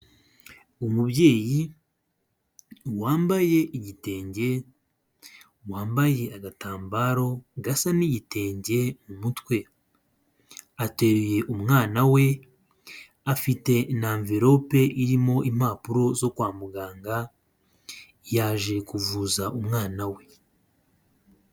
Umubyeyi wambaye igitenge wambaye agatambaro gasa n'igitenge mu mutwe, ateruye umwana we afite n'anvelope irimo impapuro zo kwa muganga yaje kuvuza umwana we.